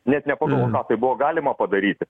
net nepagalvojau ar tai buvo galima padaryti